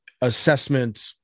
assessment